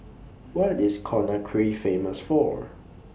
What IS Conakry Famous For